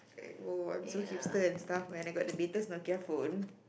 !woah! I'm so hipster and stuff when I got the latest Nokia phone